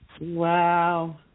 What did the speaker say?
Wow